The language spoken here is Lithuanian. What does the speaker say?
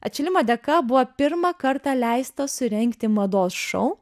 atšilimo dėka buvo pirmą kartą leista surengti mados šou